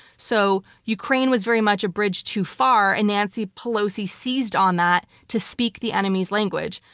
so, ukraine was very much a bridge too far and nancy pelosi seized on that to speak the enemy's language,